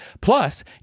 Plus